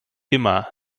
immer